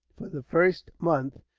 for the first month,